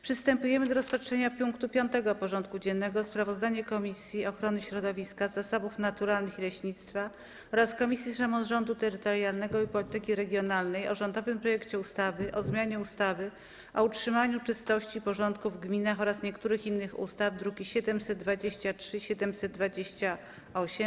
Przystępujemy do rozpatrzenia punktu 5. porządku dziennego: Sprawozdanie Komisji Ochrony Środowiska, Zasobów Naturalnych i Leśnictwa oraz Komisji Samorządu Terytorialnego i Polityki Regionalnej o rządowym projekcie ustawy o zmianie ustawy o utrzymaniu czystości i porządku w gminach oraz niektórych innych ustaw (druki nr 723 i 728)